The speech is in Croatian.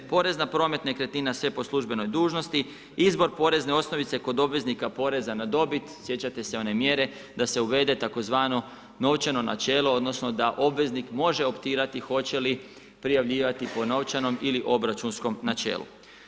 Porez na promet nekretnina sve po službenoj dužnosti, izbor porezne osnovice kod obveznika poreza na dobit, sjećate se one mjere da se uvede tzv. novčano načelo odnosno da obveznik može optirati hoće li prijavljivati po novčanom ili obračunskom načelu.